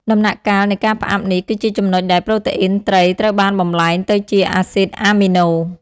ដំណាក់កាល នៃការផ្អាប់នេះគឺជាចំណុចដែលប្រូតេអ៊ីនត្រីត្រូវបានបំប្លែងទៅជា អាស៊ីតអាមីណូ។